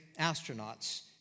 astronauts